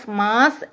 mass